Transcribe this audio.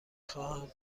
خواهم